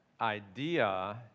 idea